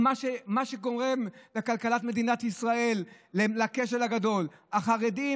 מה שגורם לכלכלת מדינת ישראל לכשל הגדול: החרדים,